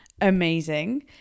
amazing